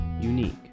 unique